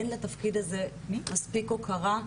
אין לתפקיד הזה מספיק הוקרה,